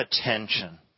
attention